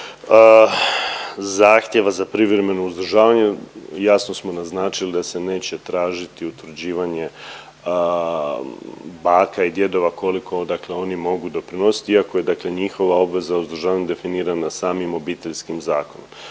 zahtjeva za privremeno uzdržavanje jasno smo naznačili da se neće tražiti utvrđivanje baka i djedova koliko dakle oni mogu doprinositi iako je dakle njihova obveza uzdržavanja definirana samim Obiteljskim zakonom.